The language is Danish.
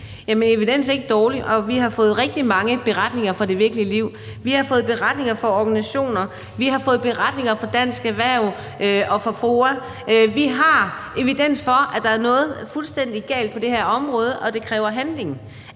Jamen evidens er ikke dårligt, og vi har fået rigtig mange beretninger fra det virkelige liv. Vi har fået beretninger fra organisationer, vi har fået beretninger fra Dansk Erhverv og fra FOA, og vi har evidens for, at der er noget fuldstændig galt på det her område, og at det kræver handling.